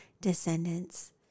descendants